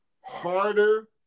harder